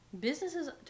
Businesses